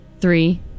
three